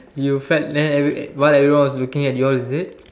you felt like that while everyone was looking at you all is it